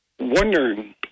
wondering